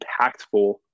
impactful